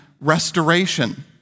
restoration